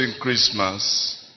Christmas